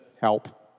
help